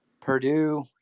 Purdue